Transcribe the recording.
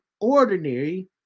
ordinary